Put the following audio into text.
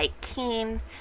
keen